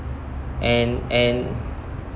and and